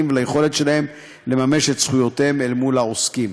וליכולת שלהם לממש את זכויותיהם אל מול העוסקים.